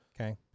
Okay